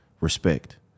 respect